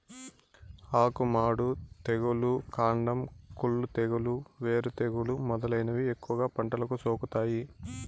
ఆకు మాడు తెగులు, కాండం కుళ్ళు తెగులు, వేరు తెగులు మొదలైనవి ఎక్కువగా పంటలకు సోకుతాయి